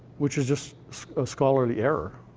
which is just a scholarly error.